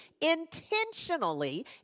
intentionally